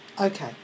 Okay